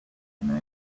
been